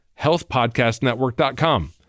healthpodcastnetwork.com